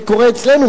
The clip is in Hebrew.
זה קורה אצלנו.